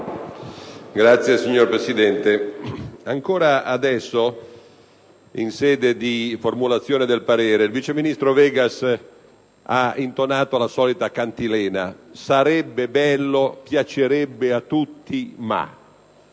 *(PD)*. Signor Presidente, ancora adesso, in sede di formulazione del parere, il vice ministro Vegas ha intonato la solita cantilena: sarebbe bello, piacerebbe a tutti, ma...